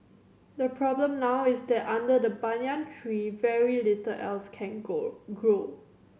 the problem now is that under the banyan tree very little else can grow